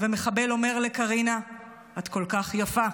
מחבל אומר לקרינה: "את כל כך יפה".